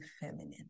Feminine